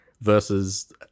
versus